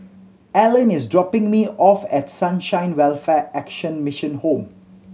Arlyn is dropping me off at Sunshine Welfare Action Mission Home